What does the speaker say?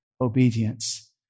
obedience